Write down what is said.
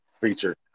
feature